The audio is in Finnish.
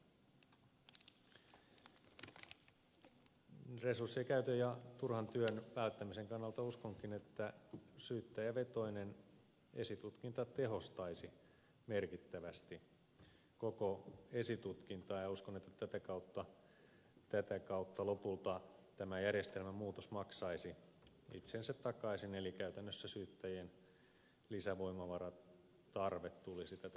resurssien käytön ja turhan työn välttämisen kannalta uskonkin että syyttäjävetoinen esitutkinta tehostaisi merkittävästi koko esitukintaa ja uskon että tätä kautta lopulta tämä järjestelmän muutos maksaisi itsensä takaisin eli käytännössä syyttäjien lisävoimavaratarve tulisi tätä kautta katetuksi